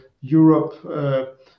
Europe